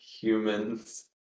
humans